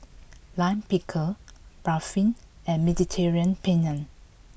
Lime Pickle Barfi and Mediterranean Penne